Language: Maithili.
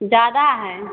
जादा हइ